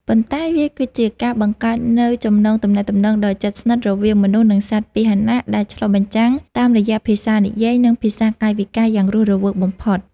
ប៉ុន្តែវាគឺជាការបង្កើតនូវចំណងទំនាក់ទំនងដ៏ជិតស្និទ្ធរវាងមនុស្ស និងសត្វពាហនៈ ដែលឆ្លុះបញ្ចាំងតាមរយៈភាសានិយាយ និងភាសាកាយវិការយ៉ាងរស់រវើកបំផុត។